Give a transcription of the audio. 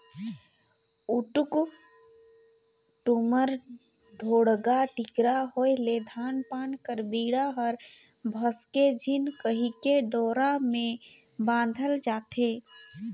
उटुक टुमुर, ढोड़गा टिकरा होए ले धान पान कर बीड़ा हर भसके झिन कहिके डोरा मे बाधल जाथे